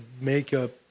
makeup